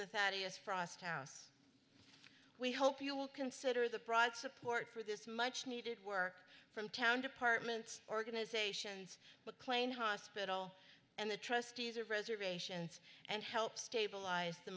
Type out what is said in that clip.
thaddeus frost house we hope you will consider the broad support for this much needed work from town departments organizations but clain hospital and the trustees of reservations and help stabilize the